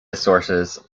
sources